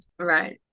Right